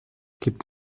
gibt